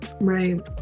Right